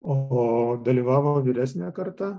o dalyvavo vyresnė karta